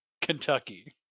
Kentucky